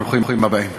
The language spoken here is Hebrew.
ברוכים הבאים.